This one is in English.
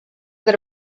that